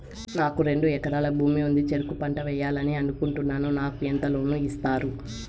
నాకు రెండు ఎకరాల భూమి ఉంది, చెరుకు పంట వేయాలని అనుకుంటున్నా, నాకు ఎంత లోను ఇస్తారు?